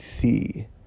see